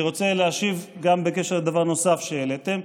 אני רוצה להשיב גם בקשר לדבר נוסף שהעליתם,